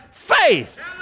faith